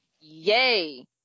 Yay